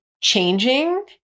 changing